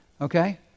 Okay